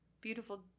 beautiful